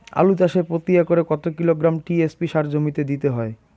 আলু চাষে প্রতি একরে কত কিলোগ্রাম টি.এস.পি সার জমিতে দিতে হয়?